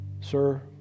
Sir